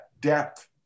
depth